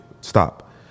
stop